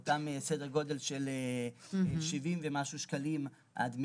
אותו סדר גודל של 70 ומשהו שקלים על דמי